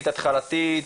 התחלתית,